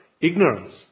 ignorance